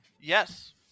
Yes